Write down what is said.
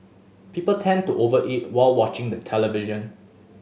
people tend to over eat while watching the television